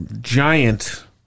giant